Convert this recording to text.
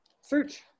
search